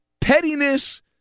pettiness